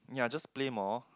ya just play more